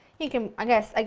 you can, i guess, like